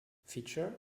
feature